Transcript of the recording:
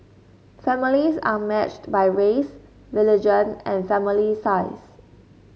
families are matched by race religion and family size